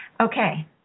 Okay